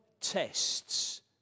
tests